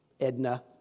Edna